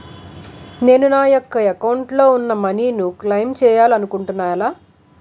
నేను నా యెక్క అకౌంట్ లో ఉన్న మనీ ను క్లైమ్ చేయాలనుకుంటున్నా ఎలా?